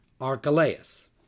Archelaus